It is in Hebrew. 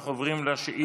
אנחנו עוברים לשאילתות.